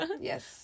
Yes